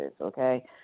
okay